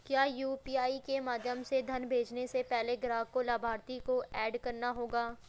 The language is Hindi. क्या यू.पी.आई के माध्यम से धन भेजने से पहले ग्राहक को लाभार्थी को एड करना होगा?